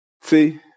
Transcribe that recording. See